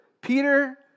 Peter